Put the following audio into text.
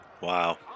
Wow